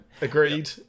agreed